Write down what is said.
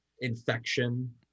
infection